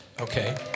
Okay